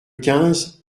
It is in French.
quinze